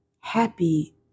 happy